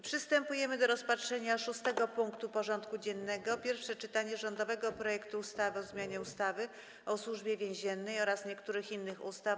Przystępujemy do rozpatrzenia punktu 6. porządku dziennego: Pierwsze czytanie rządowego projektu ustawy o zmianie ustawy o Służbie Więziennej oraz niektórych innych ustaw.